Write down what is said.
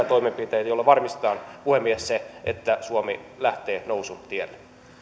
toimenpiteitä joilla varmistetaan puhemies se että suomi lähtee nousun tielle